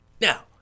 now